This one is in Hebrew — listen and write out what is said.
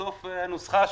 בסוף על פי הנוסחה,